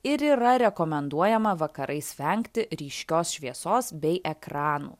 ir yra rekomenduojama vakarais vengti ryškios šviesos bei ekranų